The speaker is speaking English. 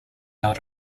not